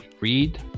read